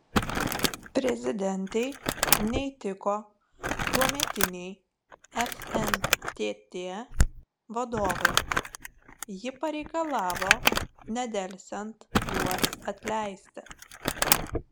prezidentei neįtiko tuometiniai fntt vadovai ji pareikalavo nedelsiant juos atleisti